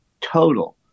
total